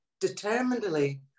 determinedly